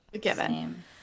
given